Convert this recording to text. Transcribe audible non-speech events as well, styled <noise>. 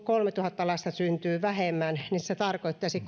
kolmetuhatta lasta vähemmän se tarkoittaisi <unintelligible>